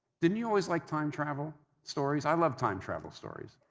didn't you always like time-travel stories? i love time-travel stories,